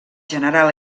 general